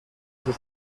sus